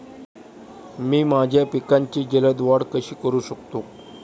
मी माझ्या पिकांची जलद वाढ कशी करू शकतो?